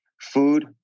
food